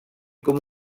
com